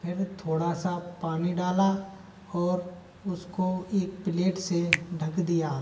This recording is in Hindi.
फिर थोड़ा सा पानी डाला और उसको एक प्लेट से ढक दिया